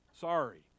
Sorry